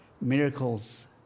miracles